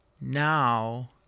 Now